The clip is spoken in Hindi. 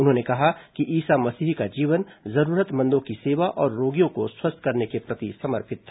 उन्होंने कहा कि ईसा मसीह का जीवन जरूरतमंदों की सेवा और रोगियों को स्वस्थ करने के प्रति समर्पित था